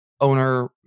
owner